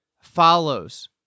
follows